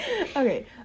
Okay